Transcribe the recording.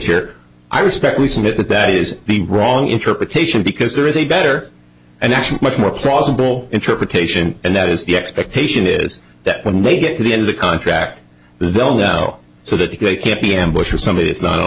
picture i respect we submit that that is the wrong interpretation because there is a better and actually much more plausible interpretation and that is the expectation is that when they get to the end of the contract they'll know so that they can't be ambusher somebody is not a